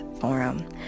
Forum